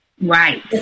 Right